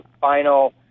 final